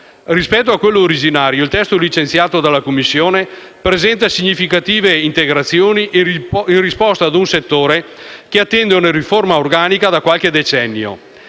Rispetto a quello originario, il testo licenziato dalla Commissione presenta significative integrazioni in risposta a un settore che attende una riforma organica da qualche decennio.